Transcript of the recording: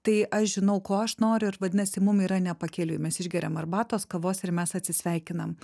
tai aš žinau ko aš noriu ir vadinasi mum yra ne pakeliui mes išgeriam arbatos kavos ir mes atsisveikinam